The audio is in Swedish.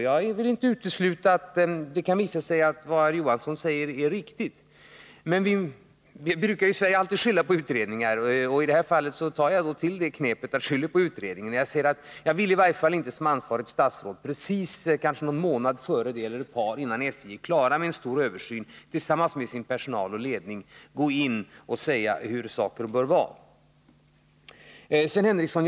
Jag vill inte utesluta att det kan visa sig att vad herr Johansson säger är riktigt. Vi brukar ju skylla på utredningar, och i det här fallet tar jag till det knepet. I varje fall i egenskap av ansvarigt statsråd vill jag inte bara någon månad innan SJ är klar med sin stora översyn, som man gör tillsammans med personal och ledning, gå in och säga hur saker och ting bör vara. Sven Henricsson!